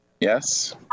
Yes